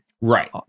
Right